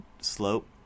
slope